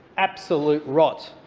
absolute rot.